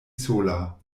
sola